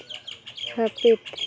ᱦᱟᱹᱯᱤᱫ